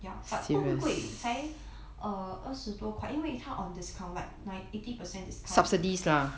ya but 不会贵才 err 二十多块因为它 on discount like nine eighty percent discount